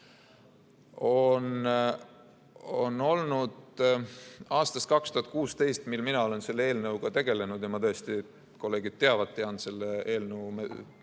aastast 2016, kui mina olen selle eelnõuga tegelenud – ja ma tõesti, kolleegid teavad, tean selle eelnõu